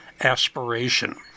Aspiration